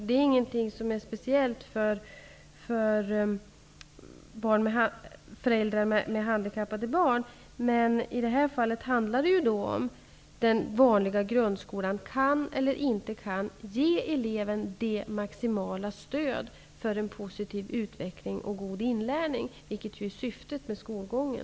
Det är inte något som är speciellt för föräldrar till handikappade barn. I detta fall handlar det om den vanliga grundskolan kan eller inte kan ge eleven detta maximala stöd för en positiv utveckling och god inlärning, vilket trots allt är syftet med skolgången.